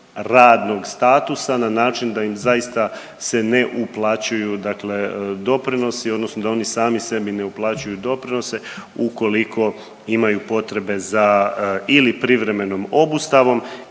radnog statusa na način da im zaista se ne uplaćuju doprinosi odnosno da oni sami sebi ne uplaćuju doprinose u koliko imaju potrebe za ili privremenom obustavom